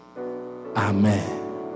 amen